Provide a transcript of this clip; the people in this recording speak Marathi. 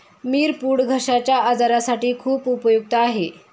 मिरपूड घश्याच्या आजारासाठी खूप उपयुक्त आहे